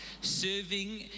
serving